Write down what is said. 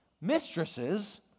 mistresses